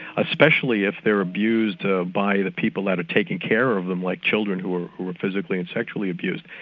especially if they're abused ah by the people that are taking care of them, like children who are who are physically and sexually abused,